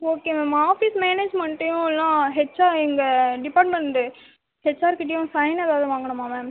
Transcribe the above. okay ma'am office மேனேஜ்மன்ட்டையும் இல்லனா HR எங்கள் டிபார்ட்மென்ட்டு ஹெச்ஆர் கிட்டையும் சைன் எதாவது வாங்கனுமா மேம்